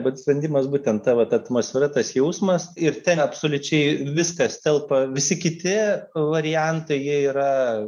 bet sprendimas būtent ta vat atmosfera tas jausmas ir ten absoliučiai viskas telpa visi kiti variantai jie yra